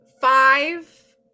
five